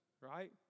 Right